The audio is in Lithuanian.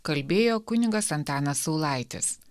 kalbėjo kunigas antanas saulaitis